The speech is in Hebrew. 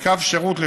בקו שירות,